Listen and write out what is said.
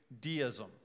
deism